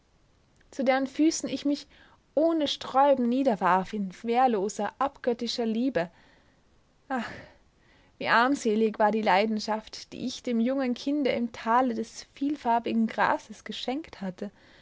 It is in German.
zu deren füßen ich mich ohne sträuben niederwarf in wehrloser abgöttischer liebe ach wie armselig war die leidenschaft die ich dem jungen kinde im tale des vielfarbigen grases geschenkt hatte